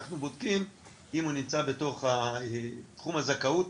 אנחנו בודקים אם הוא נמצא בתחום הזכאות.